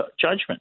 judgment